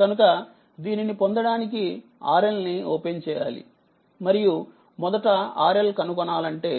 కనుకదీనిని పొందడానికి RL ని open చేయాలిమరియు మొదటRL కనుగొనాలంటే